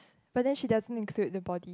but then she doesn't include the body